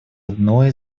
одной